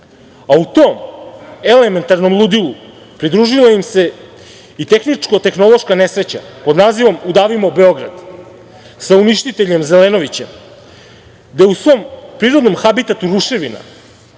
tom elementarnom ludilu pridružila im se i tehničko-tehnološka nesreća pod nazivom "Udavimo Beograd", sa uništiteljem Zelenovićem, da u svom prirodnom habitatu ruševina